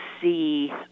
see